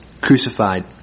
crucified